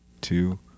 two